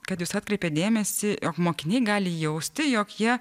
kad jūs atkreipėt dėmesį jog mokiniai gali jausti jog jie